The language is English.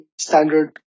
standard